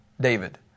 David